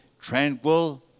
tranquil